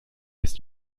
ist